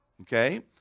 okay